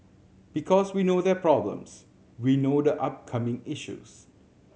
because we know their problems we know the upcoming issues